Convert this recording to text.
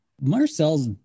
Marcel's